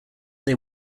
they